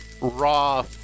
raw